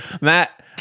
Matt